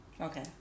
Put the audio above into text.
Okay